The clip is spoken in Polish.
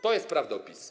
To jest prawda o PiS.